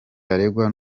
aregwa